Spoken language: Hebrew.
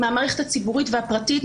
מהמערכת הציבורית והפרטית,